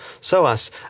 SOAS